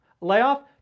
layoff